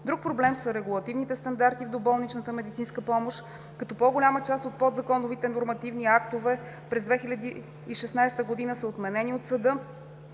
Друг проблем са регулативните стандарти в доболничната медицинска помощ, като по-голямата част от подзаконовите нормативни актове през 2016 г. са отменени от съда